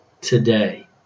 today